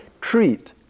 treat